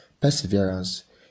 perseverance